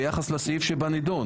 ביחס לסעיף שבנדון: